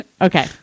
Okay